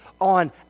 on